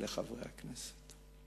ולחברי הכנסת.